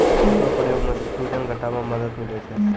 एकरो प्रयोग सें सूजन घटावै म मदद मिलै छै